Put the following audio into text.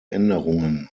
änderungen